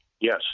Yes